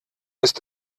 ist